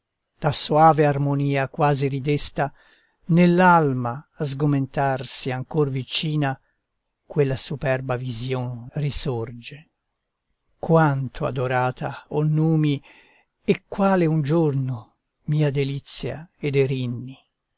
da soave armonia quasi ridesta nell'alma a sgomentarsi ancor vicina quella superba vision risorge quanto adorata o numi e quale un giorno mia delizia ed erinni e